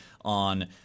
on